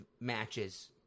matches